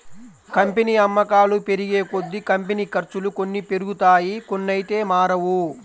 company అమ్మకాలు పెరిగేకొద్దీ, company ఖర్చులు కొన్ని పెరుగుతాయి కొన్నైతే మారవు